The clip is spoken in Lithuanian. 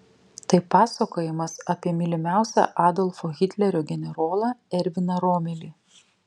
tai pasakojimas apie mylimiausią adolfo hitlerio generolą erviną romelį